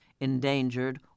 endangered